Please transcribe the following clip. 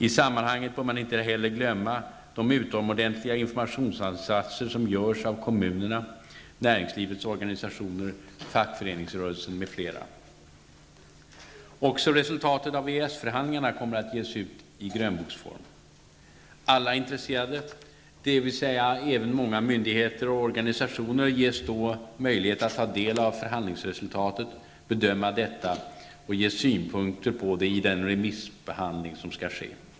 I sammanhanget bör man inte heller glömma de utomordentliga informationsinsatser som görs av kommunerna, näringslivets organisationer, fackföreningsrörelsen m.fl. Också resultatet av EES-förhandlingarna kommer att ges ut i grönboksform. Alla intresserade, dvs. även många myndigheter och organisationer, ges då möjlighet att ta del av förhandlingsresultatet, bedöma detta och att ge synpunkter i den remissbehandling som skall ske.